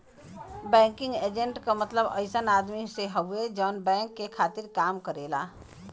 banking agent क मतलब अइसन आदमी से हउवे जौन बैंक के खातिर काम करेला